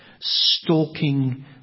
stalking